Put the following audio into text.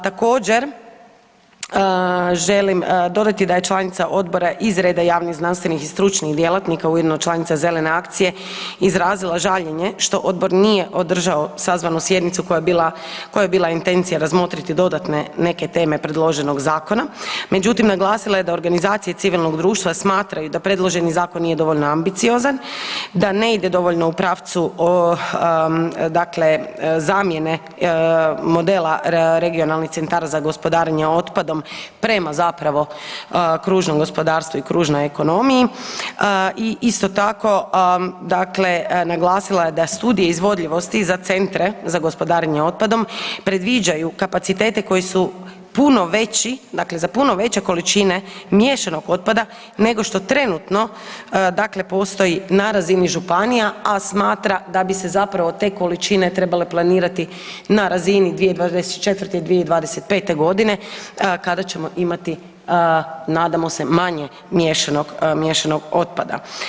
Također želim dodati da je članica odbora iz reda javnih znanstvenih i stručnih djelatnika ujedno članica Zelene akcije izrazila žaljenje što odbor nije održao sazvanu sjednicu koja je bila intencija razmotriti dodatne neke teme predloženog zakona, međutim naglasila je da organizacije civilnog društva smatraju da predloženi zakon nije dovoljno ambiciozan, da ne ide dovoljno u pravcu zamjene modela regionalnih centara za gospodarenje otpadom prema zapravo kružnom gospodarstvu i kružnoj ekonomiji i isto tako naglasila je da studije izvodljivosti za centre za gospodarenje otpadom predviđaju kapacitete koje su puno veći dakle za puno veće količine miješanog otpada nego što trenutno postoji na razini županija, a smatra da bi se zapravo te količine trebale planirati na razini 2024. i 2025.g. kada ćemo imati nadamo se manje miješanog otpada.